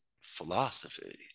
philosophy